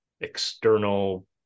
external